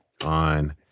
on